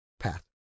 path